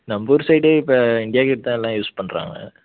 நம்ம ஊர் சைடு இப்போ இண்டியா கேட் தான் எல்லாம் யூஸ் பண்ணுறாங்க